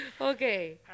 Okay